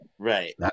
right